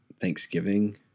Thanksgiving